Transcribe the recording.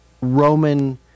Roman